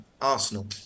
arsenal